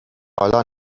حالا